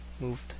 moved